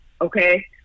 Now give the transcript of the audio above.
okay